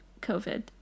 COVID